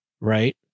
right